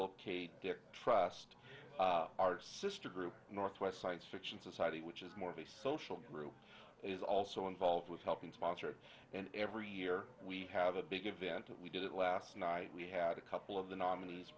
their trust our sister group northwest science fiction society which is more of a social group is also involved with helping sponsor it and every year we have a big event we did it last night we had a couple of the nominees